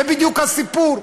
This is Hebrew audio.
זה בדיוק הסיפור.